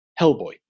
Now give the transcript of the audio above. Hellboy